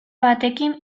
batekin